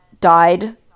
died